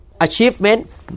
achievement